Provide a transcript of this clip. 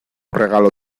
regalo